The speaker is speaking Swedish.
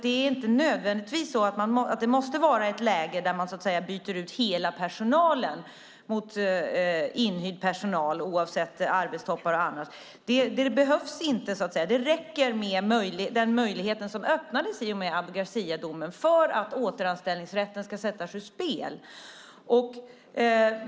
Det är inte nödvändigtvis så att det måste vara ett läge där man byter ut hela personalen mot inhyrd personal, oavsett arbetstoppar och annat, utan det räcker med den möjlighet som öppnades i och med Abu Garciadomen för att återanställningsrätten ska sättas ur spel.